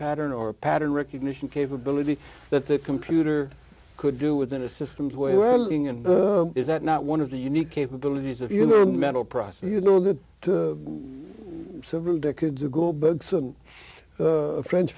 pattern or pattern recognition capability that the computer could do with in a systems way welling and is that not one of the unique capabilities of your mental process you know that several decades ago bugs a french